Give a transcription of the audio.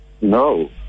no